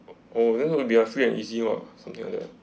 oh then it will be a free and easy ah something like that